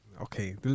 Okay